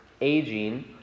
aging